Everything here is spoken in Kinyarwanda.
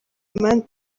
imari